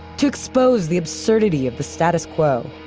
to expose the absurdity of the status quo.